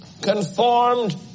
Conformed